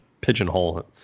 pigeonhole